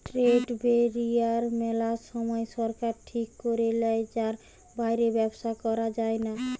trade barrier মেলা সময় সরকার ঠিক করে লেয় যার বাইরে ব্যবসা করা যায়না